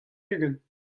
ugent